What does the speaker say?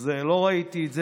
אז לא ראיתי את זה.